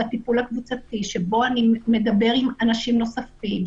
בטיפול הקבוצתי שבו אני מדבר עם אנשים נוספים,